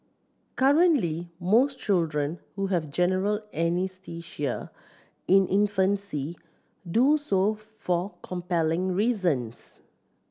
currently most children who have general anaesthesia in infancy do so for compelling reasons